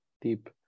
Deep